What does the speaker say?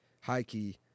high-key